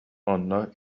онно